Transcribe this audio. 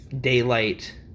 Daylight